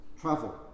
travel